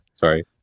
Sorry